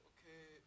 Okay